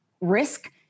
risk